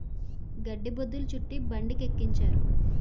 గడ్డి బొద్ధులు చుట్టి బండికెక్కించారు